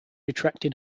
attracted